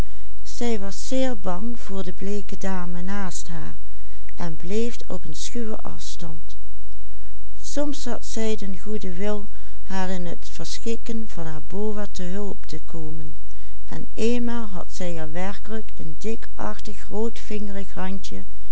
en bleef op een schuwen afstand soms had zij den goeden wil haar in t verschikken van haar boa te hulp te komen en eenmaal had zij er werkelijk een dikachtig